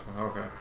Okay